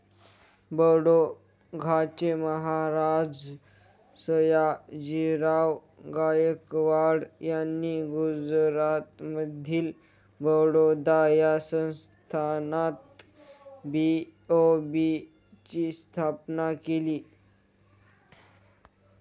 बडोद्याचे महाराज सयाजीराव गायकवाड यांनी गुजरातमधील बडोदा या संस्थानात बी.ओ.बी ची स्थापना केली